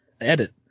edit